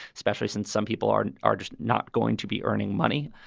especially since some people are are just not going to be earning money.